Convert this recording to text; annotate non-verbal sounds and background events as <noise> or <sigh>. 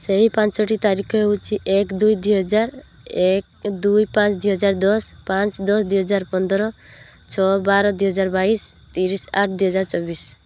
ସେହି ପାଞ୍ଚଟି ତାରିଖ ହେଉଛି ଏକ ଦୁଇ ହଜାର <unintelligible> ଦୁଇ ପାଞ୍ଚ ଦୁଇ ହଜାର ଦଶ ପାଞ୍ଚ ଦଶ ଦୁଇ ହଜାର ପନ୍ଦର ଛଅ ବାର ଦୁଇ ହଜାର ବାଇଶି ତିରିଶି ଆଠ ଦୁଇ ହଜାର ଚବିଶି